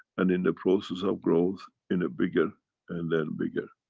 and in the process of growth in a bigger and then bigger.